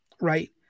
right